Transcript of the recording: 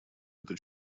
это